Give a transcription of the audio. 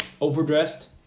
overdressed